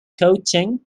coaching